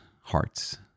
hearts